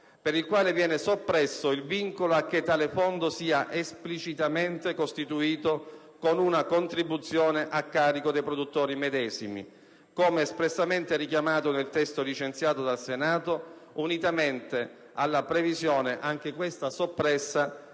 per il quale viene soppresso il vincolo a che tale fondo sia esplicitamente costituito con una contribuzione a carico dei produttori medesimi, come espressamente richiamato nel testo licenziato dal Senato unitamente alla previsione, anche questa soppressa,